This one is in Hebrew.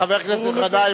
חבר הכנסת גנאים,